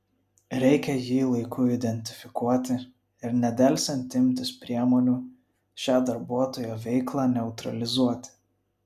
reikia jį laiku identifikuoti ir nedelsiant imtis priemonių šią darbuotojo veiklą neutralizuoti